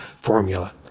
formula